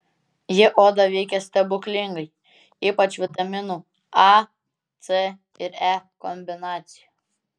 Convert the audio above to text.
jie odą veikia stebuklingai ypač vitaminų a c ir e kombinacija